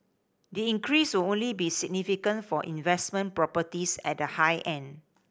the increase will only be significant for investment properties at the high end